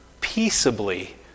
peaceably